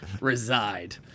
reside